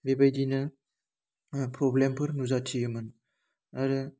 बेबायदिनो ओह प्रब्लेमफोर नुजाथियोमोन आरो